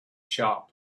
shop